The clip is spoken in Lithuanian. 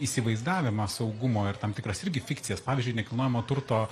įsivaizdavimą saugumo ir tam tikras irgi fikcijas pavyzdžiui nekilnojamo turto